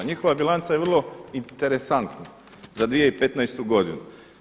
Njihova bilanca je vrlo interesantna za 2015. godinu.